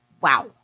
wow